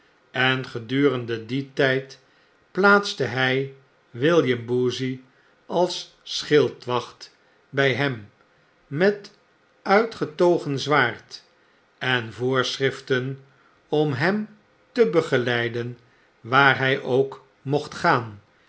en gedurende dien tijd plaatste hjj william boozey als schildwacht by hem met uitgetogen zwaard en voorschriften om hem te begeleiden waar hij ook mocht gaan